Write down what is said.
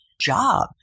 job